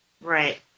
Right